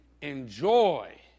enjoy